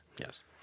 Yes